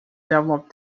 develop